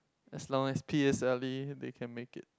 as long as p_s_l_e they can make it